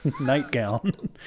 nightgown